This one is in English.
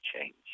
change